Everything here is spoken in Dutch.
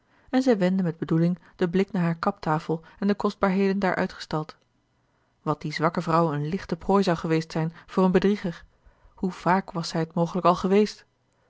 en zij wendde met bedoeling den blik naar hare kaptafel en de kostbaarheden daar uitgestald wat die zwakke vrouw een lichte prooi zou geweest zijn voor een bedrieger hoe vaak was zij het mogelijk al geweest